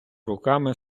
руками